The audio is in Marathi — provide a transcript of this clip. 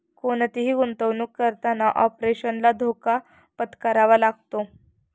कोणतीही गुंतवणुक करताना ऑपरेशनल धोका पत्करावा लागतो